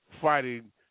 fighting